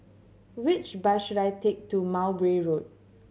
which bus should I take to Mowbray Road